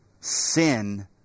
sin